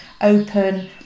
open